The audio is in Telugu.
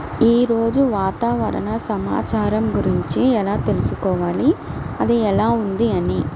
ఈరోజు వాతావరణ సమాచారం గురించి ఎలా తెలుసుకోవాలి అది ఎలా ఉంది అని?